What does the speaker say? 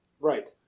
Right